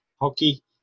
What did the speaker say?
hockey